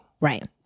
right